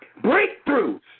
Breakthroughs